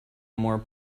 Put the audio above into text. more